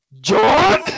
John